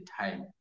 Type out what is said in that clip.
time